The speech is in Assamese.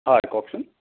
হয় কওকচোন